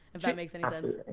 if that makes and sense.